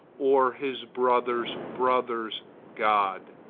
or his brother's brother's god.